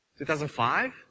2005